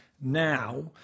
now